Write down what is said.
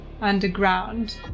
underground